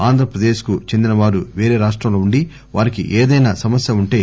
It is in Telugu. ఆంధ్రప్రదేశ్కు చెందినవారు వేరే రాష్టంలో ఉండి వారికి ఏదైనా సమస్య ఉంటే